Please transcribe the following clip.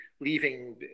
leaving